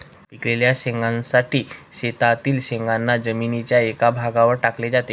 पिकलेल्या शेंगांसाठी शेतातील शेंगांना जमिनीच्या एका भागावर टाकले जाते